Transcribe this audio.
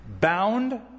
bound